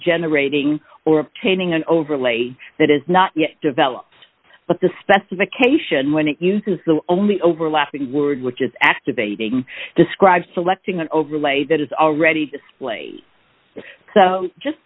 generating or obtaining an overlay that is not yet developed but the specification when it uses the only overlapping word which is activating described selecting an overlay that is already displayed so just